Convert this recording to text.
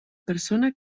persona